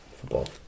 football